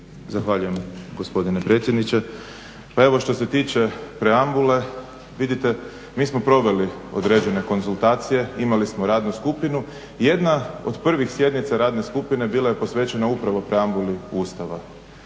Zahvaljujem gospodine predsjedniče. Pa evo što se tiče preambule, vidite mi smo proveli određene konzultacije, imali smo radnu skupinu. Jedna od prvih sjednica radne skupine bila je posvećena upravo preambuli Ustava.